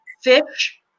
fish